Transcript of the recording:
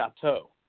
chateau